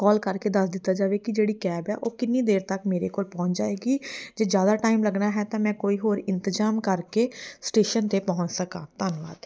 ਕੋਲ ਕਰਕੇ ਦੱਸ ਦਿੱਤਾ ਜਾਵੇ ਕਿ ਜਿਹੜੀ ਕੈਬ ਹੈ ਉਹ ਕਿੰਨੀ ਦੇਰ ਤੱਕ ਮੇਰੇ ਕੋਲ ਪਹੁੰਚ ਜਾਏਗੀ ਜੇ ਜ਼ਿਆਦਾ ਟਾਈਮ ਲੱਗਣਾ ਹੈ ਤਾਂ ਮੈਂ ਕੋਈ ਹੋਰ ਇੰਤਜ਼ਾਮ ਕਰਕੇ ਸਟੇਸ਼ਨ 'ਤੇ ਪਹੁੰਚ ਸਕਾਂ ਧੰਨਵਾਦ